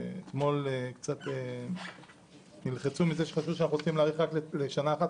אתמול נלחצו מזה שחשבו שאנחנו הולכים להאריך רק לשנה אחת.